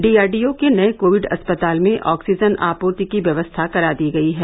DRDO के नये Covid अस्पताल में आक्सीजन आपूर्ति की व्यवस्था करा दी गई है